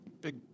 big